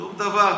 שום דבר.